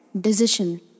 decision